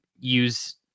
use